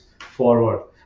forward